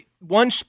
one